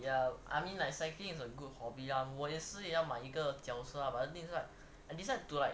ya I mean like cycling is a good hobby lah 我也是要买一个脚车 lah but the thing is I decide to like